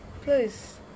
Please